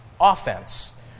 offense